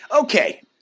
Okay